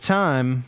time